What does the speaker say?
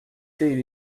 ter